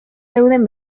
zeunden